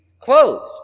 clothed